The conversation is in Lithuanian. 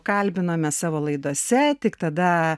kalbinome savo laidose tik tada